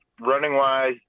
running-wise